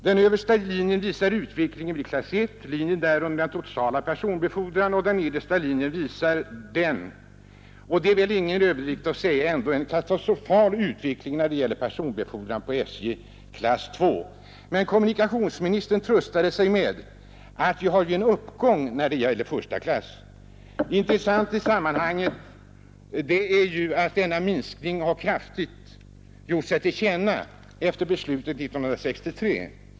Den översta linjen visar utvecklingen i klass 1, linjen därunder visar den totala personbefordran och den nedersta linjen visar — det är väl ändå ingen överdrift att säga — en katastrofal utveckling när det gäller personbefordran på SJ i klass 2. Men kommunikationsministern tröstar sig med att det är en uppgång i antalet resor i första klass. Intressant i sammanhanget är att denna minskning har givit sig kraftigt till känna efter trafikbeslutet 1963.